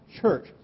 church